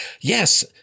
yes